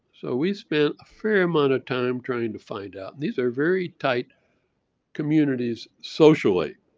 so we spent a fair amount of time trying to find out and these are very tight communities socially.